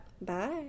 Bye